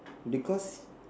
because